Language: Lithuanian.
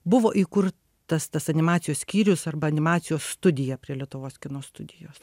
buvo įkurtas tas animacijos skyrius arba animacijos studija prie lietuvos kino studijos